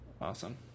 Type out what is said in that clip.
Awesome